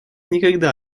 никогда